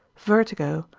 vertigo,